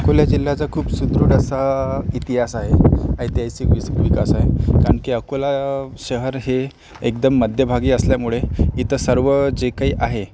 अकोला जिल्ह्याचा खूप सुदृढ असा इतिहास आहे ऐतिहासिक विस विकास आहे कारण की अकोला शहर हे एकदम मध्यभागी असल्यामुळे इथं सर्व जे काही आहे